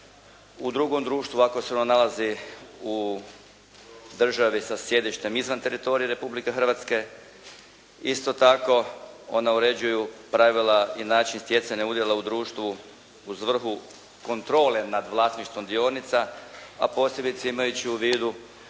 u drugom društvu ako se ono nalazi u državi sa sjedištem izvan teritorija Republike Hrvatske. Isto tako, ona uređuju pravila i način stjecanja udjela u društvu u svrhu kontrole nad vlasništvom dionica, a posebice imajući u vidu